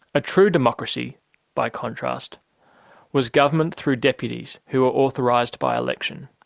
a true democracy by contrast was government through deputies who were authorised by election.